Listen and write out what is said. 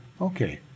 Okay